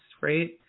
right